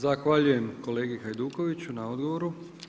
Zahvaljujem kolegi Hajduković na odgovoru.